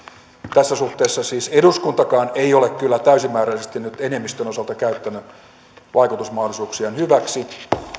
tässä suhteessa siis eduskuntakaan ei ole kyllä täysimääräisesti nyt enemmistön osalta käyttänyt vaikutusmahdollisuuksiaan hyväksi